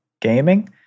gaming